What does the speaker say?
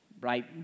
right